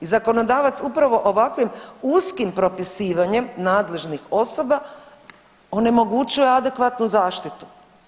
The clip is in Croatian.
I zakonodavac upravo ovakvim uskim propisivanjem nadležnih osoba onemogućuje adekvatnu zaštitu.